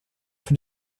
for